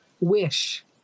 Wish